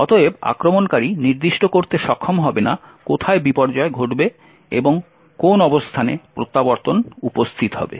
অতএব আক্রমণকারী নির্দিষ্ট করতে সক্ষম হবে না কোথায় বিপর্যয় ঘটবে এবং কোন অবস্থানে প্রত্যাবর্তন উপস্থিত হবে